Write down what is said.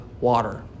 water